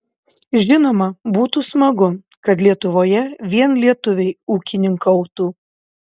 žinoma būtų smagu kad lietuvoje vien lietuviai ūkininkautų